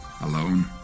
alone